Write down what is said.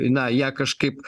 na ją kažkaip